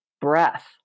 breath